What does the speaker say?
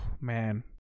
man